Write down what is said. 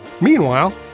Meanwhile